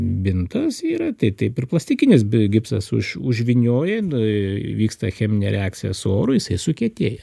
bintas yra taip taip ir plastikinis bijo gipsas už užvynioja nu įvyksta cheminė reakcija su oru jisai sukietėja